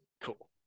Cool